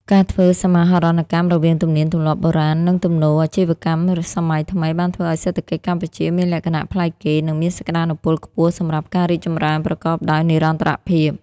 ការធ្វើសមាហរណកម្មរវាងទំនៀមទម្លាប់បុរាណ និងទំនោរអាជីវកម្មសម័យថ្មី បានធ្វើឱ្យសេដ្ឋកិច្ចកម្ពុជាមានលក្ខណៈប្លែកគេ និងមានសក្តានុពលខ្ពស់សម្រាប់ការរីកចម្រើនប្រកបដោយនិរន្តរភាព។